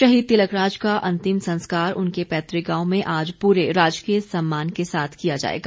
शहीद तिलक राज का का अंतिम संस्कार उनके पैतृक गांव में आज पूरे राजकीय सम्मान के साथ किया जाएगा